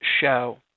show